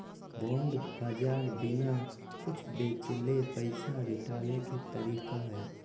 bond बाज़ार बिना कुछ बेचले पैसा जुटाबे के तरीका हइ